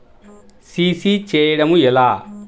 CC చేయడము ఎలా?